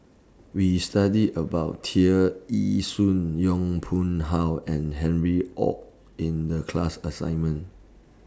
We studied about Tear Ee Soon Yong Pung How and Harry ORD in The class assignment